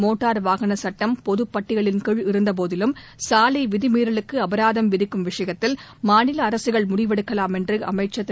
motor வாகன சுட்டம் பொதுப்பட்டியலின்கீழ் இருந்தபோதிலும் சாலை விதிமீறலுக்கு அபராதம் விதிக்கும் விஷயத்தில் மாநில அரசுகள் முடிவெடுக்கலாம் என்று அமைச்சர் திரு